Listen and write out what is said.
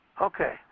Okay